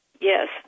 Yes